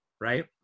right